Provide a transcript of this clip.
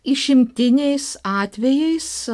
išimtiniais atvejais